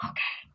Okay